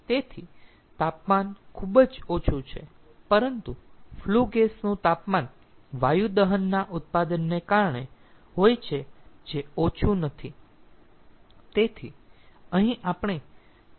તેથી તાપમાન ખૂબ જ ઓછું છે પરંતુ ફ્લુ ગેસ નું તાપમાન વાયુ દહનના ઉત્પાદનને કારણે હોઈ છે જે ઓછું નથી